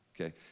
Okay